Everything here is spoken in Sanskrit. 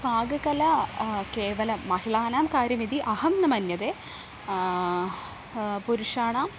पाककला केवलं महिलानां कार्यमिति अहं न मन्ये पुरुषाणां